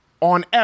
on